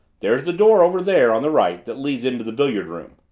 there's the door over there on the right that leads into the billiard room.